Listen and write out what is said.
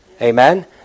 Amen